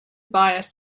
bias